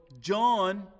John